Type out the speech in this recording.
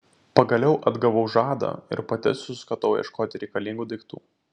pagaliau atgavau žadą ir pati suskatau ieškoti reikalingų daiktų